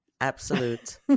Absolute